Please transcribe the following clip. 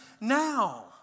now